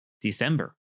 December